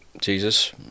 jesus